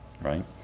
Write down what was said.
right